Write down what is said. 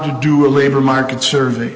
to do a labor market survey